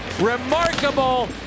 remarkable